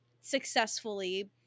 successfully